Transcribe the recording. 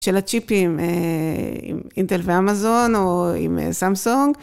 של הצ'יפים עם אינטל ואמזון או עם סמסונג.